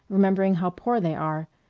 remembering how poor they are,